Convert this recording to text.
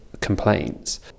complaints